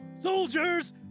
Soldiers